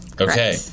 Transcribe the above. okay